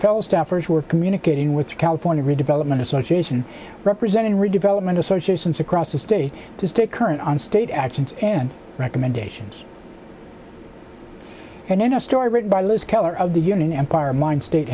fellow staffers were communicating with the california redevelopment association representing redevelopment associations across the state to stay current on state actions and recommendations and in a story written by liz keller of the union empire mind sta